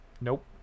Nope